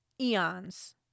eons